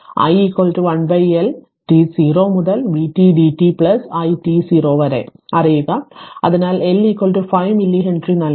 അതിനാൽ i 1 L t 0 മുതൽ vt dt plus i t 0 വരെ അറിയുക അതിനാൽ L 5 മില്ലി ഹെൻറി നൽകി